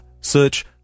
search